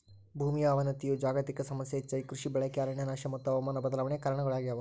ಭೂಮಿಯ ಅವನತಿಯು ಜಾಗತಿಕ ಸಮಸ್ಯೆ ಹೆಚ್ಚಾಗಿ ಕೃಷಿ ಬಳಕೆ ಅರಣ್ಯನಾಶ ಮತ್ತು ಹವಾಮಾನ ಬದಲಾವಣೆ ಕಾರಣಗುಳಾಗ್ಯವ